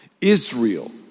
Israel